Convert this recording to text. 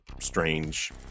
strange